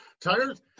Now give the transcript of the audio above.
tires